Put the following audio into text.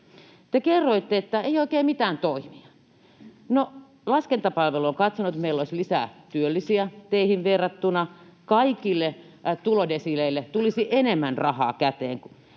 Te kerroitte, että ei ole oikein mitään toimia. No, laskentapalvelu on katsonut, että meillä olisi lisää työllisiä teihin verrattuna, kaikille tulodesiileille tulisi enemmän rahaa käteen vuodessa.